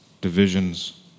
Divisions